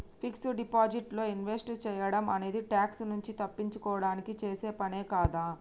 fixed deposit లో invest సేయడం అనేది ట్యాక్స్ నుంచి తప్పించుకోడానికి చేసే పనే కదా